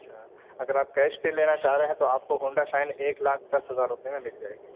اچھا اگر آپ کیش پہ لینا چاہ رہے ہیں تو آپ کو ہونڈا شائن ایک لاکھ دس ہزار روپئے میں مل جائے گی